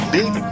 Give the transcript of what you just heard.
Big